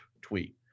tweet